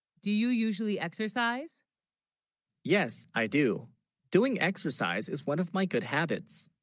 do you usually exercise yes i do doing exercise is one of my good habits